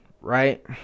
right